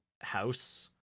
house